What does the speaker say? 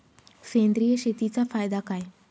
सेंद्रिय शेतीचा फायदा काय?